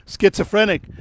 Schizophrenic